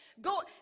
go